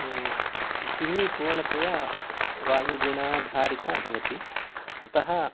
कृषिः पूर्णतया वायुगुणाऽऽधारिता भवति अतः